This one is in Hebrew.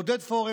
עודד פורר,